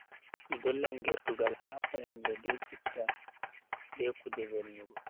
Mi dollan gertugal ha fayande be citta be kuju velnugo.